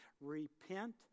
Repent